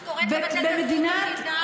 את קוראת לבטל את הזהות היהודית של המדינה?